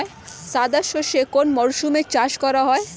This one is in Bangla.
সাদা সর্ষে কোন মরশুমে চাষ করা হয়?